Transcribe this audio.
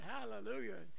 Hallelujah